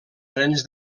frens